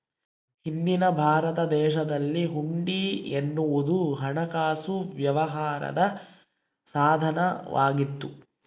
ಹಿಂದಿನ ಭಾರತ ದೇಶದಲ್ಲಿ ಹುಂಡಿ ಎನ್ನುವುದು ಹಣಕಾಸು ವ್ಯವಹಾರದ ಸಾಧನ ವಾಗಿತ್ತು